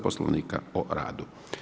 Poslovnika o radu.